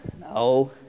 No